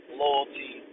loyalty